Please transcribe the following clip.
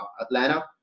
Atlanta